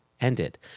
ended